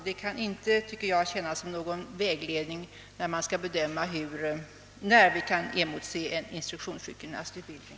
Det kan enligt min mening inte tjäna som någon vägledning vid bedömningen av när vi kan emotse en instruktionssjukgymnastutbildning.